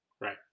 Right